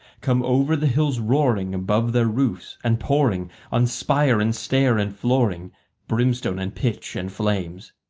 come over the hills roaring above their roofs, and pouring on spire and stair and flooring brimstone and pitch and flames.